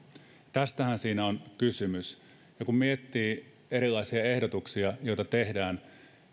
tästähän siinä on kysymys ja kun miettii erilaisia ehdotuksia joita tehdään